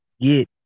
get